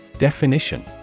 Definition